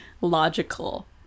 logical